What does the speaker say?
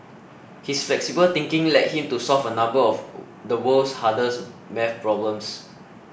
his flexible thinking led him to solve a number of the world's hardest math problems